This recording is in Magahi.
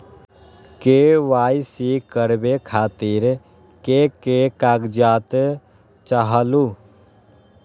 के.वाई.सी करवे खातीर के के कागजात चाहलु?